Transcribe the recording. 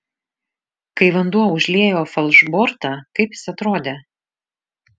kai vanduo užliejo falšbortą kaip jis atrodė